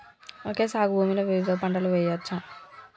Okay సాగు భూమిలో వివిధ పంటలు వెయ్యచ్చా?